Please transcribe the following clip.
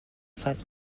face